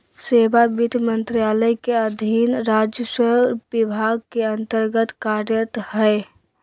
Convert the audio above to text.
सेवा वित्त मंत्रालय के अधीन राजस्व विभाग के अन्तर्गत्त कार्यरत हइ